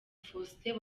faustin